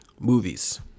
movies